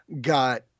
got